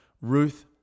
Ruth